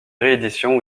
rééditions